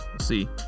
see